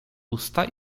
usta